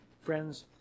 Friends